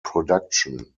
production